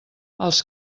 els